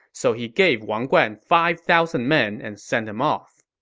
so he gave wang guan five thousand men and sent him off.